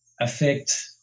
affect